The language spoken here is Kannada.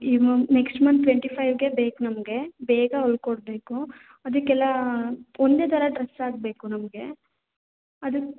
ಈ ಮನ್ ನೆಕ್ಸ್ಟ್ ಮಂತ್ ಟ್ವೆಂಟಿ ಫೈವ್ಗೆ ಬೇಕು ನಮಗೆ ಬೇಗ ಹೊಲ್ಕೊಡ್ಬೇಕು ಅದಕ್ಕೆಲ್ಲ ಒಂದೇ ಥರ ಡ್ರಸ್ ಆಗಬೇಕು ನಮಗೆ ಅದು